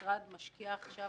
המשרד משקיע עכשיו,